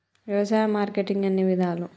వ్యవసాయ మార్కెటింగ్ ఎన్ని విధాలు?